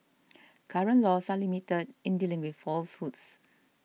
current laws are limited in dealing with falsehoods